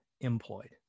employed